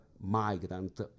migrant